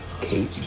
Kate